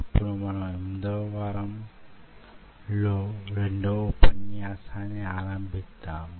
ఇప్పుడు మనం 8 వ వారంలో 2 వ ఉపన్యాసాన్ని ఆరంభిద్దాము